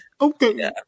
Okay